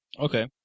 Okay